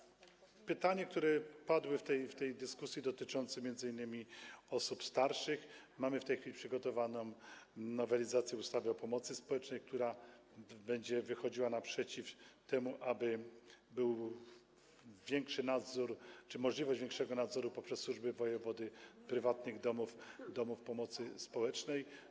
Jeśli chodzi o pytanie, które padło w tej dyskusji, dotyczące m.in. osób starszych - mamy w tej chwili przygotowaną nowelizację ustawy o pomocy społecznej, która będzie wychodziła naprzeciw temu, aby był większy nadzór czy możliwość większego nadzoru poprzez służby wojewody prywatnych domów pomocy społecznej.